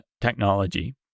technology